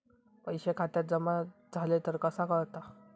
पैसे खात्यात जमा झाले तर कसा कळता?